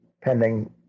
pending